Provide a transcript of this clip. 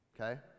Okay